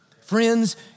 Friends